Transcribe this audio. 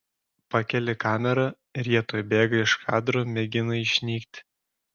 pakeli kamerą ir jie tuoj bėga iš kadro mėgina išnykti